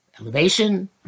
elevation